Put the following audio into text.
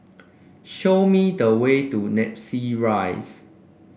show me the way to Namly Rise